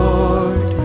Lord